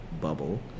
bubble